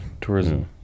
tourism